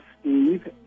Steve